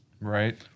Right